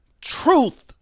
Truth